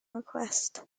request